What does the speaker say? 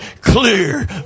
clear